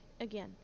again